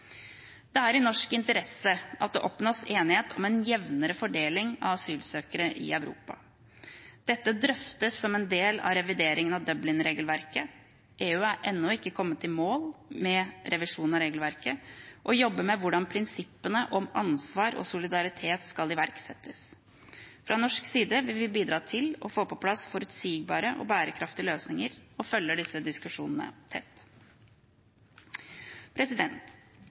Det er i norsk interesse at det oppnås enighet om en jevnere fordeling av asylsøkere i Europa. Dette drøftes som en del av revideringen av Dublin-regelverket. EU er ennå ikke kommet i mål med revisjonen av regelverket og jobber med hvordan prinsippene om ansvar og solidaritet skal iverksettes. Fra norsk side vil vi bidra til å få på plass forutsigbare og bærekraftige løsninger og følger disse diskusjonene tett.